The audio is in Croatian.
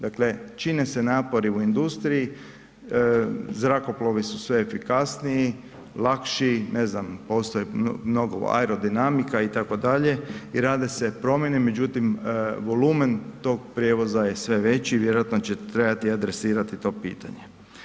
Dakle, čine se napori u industriji, zrakoplovi su sve efikasniji, lakši, ne znam postoji mnogo aerodinamika itd. i rade se promjene, međutim volumen tog prijevoza je sve veći i vjerojatno će trebati adresirati to pitanje.